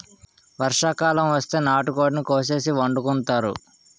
వర్షాకాలం వస్తే నాటుకోడిని కోసేసి వండుకుంతారు